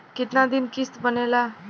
कितना दिन किस्त बनेला?